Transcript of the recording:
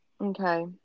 Okay